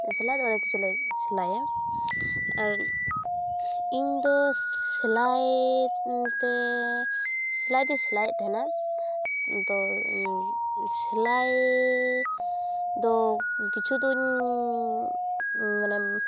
ᱥᱤᱞᱟᱭᱫᱚ ᱚᱱᱮᱠ ᱠᱤᱪᱷᱩᱞᱮ ᱥᱤᱞᱟᱭᱟ ᱟᱨ ᱤᱧᱫᱚ ᱥᱤᱞᱟᱭᱻ ᱛᱮᱻ ᱥᱤᱞᱟᱭᱫᱚᱧ ᱥᱤᱞᱟᱭᱮᱫ ᱛᱮᱦᱮᱱᱟ ᱛᱚ ᱥᱤᱞᱟᱭᱻᱫᱚ ᱠᱤᱪᱷᱩᱫᱩᱧᱻ ᱢᱟᱱᱮ